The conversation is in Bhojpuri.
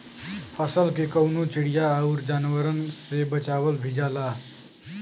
फसल के कउनो चिड़िया आउर जानवरन से बचावल भी जाला